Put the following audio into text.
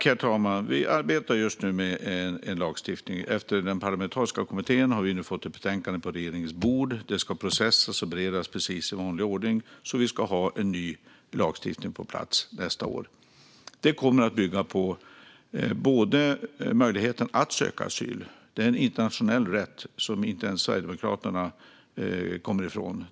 Herr talman! Vi arbetar just nu med lagstiftning. Efter den parlamentariska kommitténs arbete har vi nu fått ett betänkande på regeringens bord. Det ska processas och beredas i vanlig ordning så att vi ska ha ny lagstiftning på plats nästa år. Lagstiftningen kommer att bygga på möjligheten att söka asyl. Det är en internationell rätt som inte ens Sverigedemokraterna kommer ifrån.